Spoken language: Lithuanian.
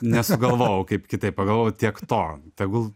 nesugalvojau kaip kitaip pagalvojau tiek to tegul